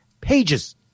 pages